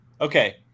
Okay